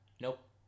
Nope